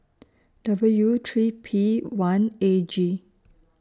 W three P one A G